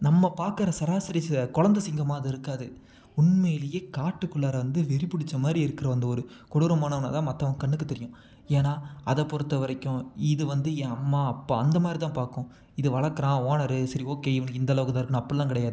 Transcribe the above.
நம்ம பார்க்கற சராசரி குழந்த சிங்கமாக அது இருக்காது உண்மையிலேயே காட்டுக்குள்ளார வந்து வெறி பிடிச்ச மாதிரி இருக்கிற அந்த ஒரு கொடூரமானவனை தான் மற்றவங்க கண்ணுக்கு தெரியும் ஏன்னால் அதை பொறுத்த வரைக்கும் இது வந்து என் அம்மா அப்பா அந்தமாதிரி தான் பார்க்கும் இது வளர்க்குறான் ஓனரு சரி ஓகே இவனுக்கு இந்த அளவுக்கு தான் இருக்கணும் அப்புடில்லாம் கிடையாது